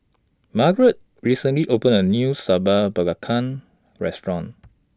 Margeret recently opened A New Sambal Belacan Restaurant